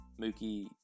Mookie